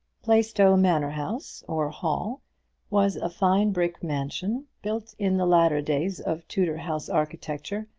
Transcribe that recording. plaistow manor-house or hall was a fine brick mansion, built in the latter days of tudor house architecture,